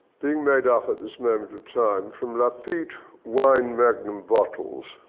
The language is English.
being made up at this moment of time from lafite wine magnum bottles.